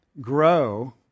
grow